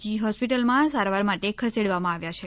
જી હોસ્પિટલમાં સારવાર માટે ખસેડવામાં આવ્યા છે